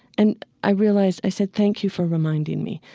and i realized, i said, thank you for reminding me.